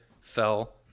fell